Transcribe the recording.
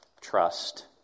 trust